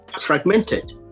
fragmented